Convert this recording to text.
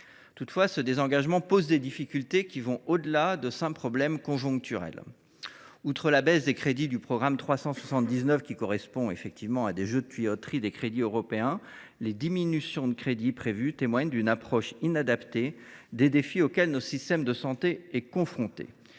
mission. Ce désengagement pose des difficultés qui vont toutefois au delà de simples problèmes conjoncturels. Outre la baisse des crédits du programme 379, qui recouvre des jeux de tuyauterie de crédits européens, les diminutions de crédits prévues témoignent d’une approche inadaptée des défis auxquels notre système de santé est confronté.